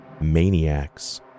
maniacs